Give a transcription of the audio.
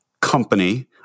company